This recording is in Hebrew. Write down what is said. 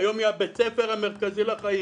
והיום היה בית הספר המרכזי לחיים,